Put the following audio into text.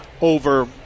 over